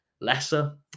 Lesser